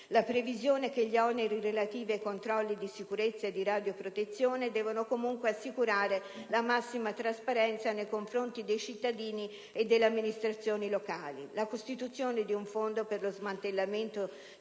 la previsione che gli oneri relativi ai controlli di sicurezza e di radioprotezione devono comunque assicurare la massima trasparenza nei confronti dei cittadini e delle amministrazioni locali; la costituzione di un fondo per lo smantellamento